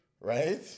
Right